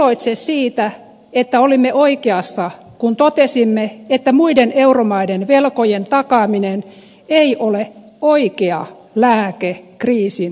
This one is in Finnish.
emme iloitse siitä että olimme oikeassa kun totesimme että muiden euromaiden velkojen takaaminen ei ole oikea lääke kriisin hoitoon